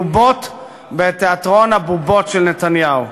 בובות בתיאטרון הבובות של נתניהו.